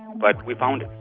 but we found